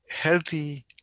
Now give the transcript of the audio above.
healthy